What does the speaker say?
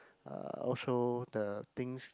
uh also the things